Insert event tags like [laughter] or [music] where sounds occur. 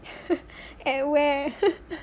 [laughs] at where